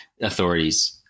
authorities